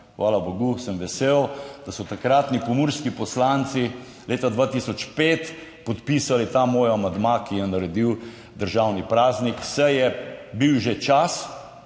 Hvala bogu, sem vesel, da so takratni pomurski poslanci leta 2005 podpisali ta moj amandma, ki je naredil državni praznik. Saj je bil že čas,